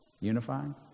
unifying